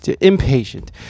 impatient